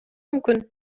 мүмкүн